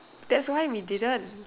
that's why we didn't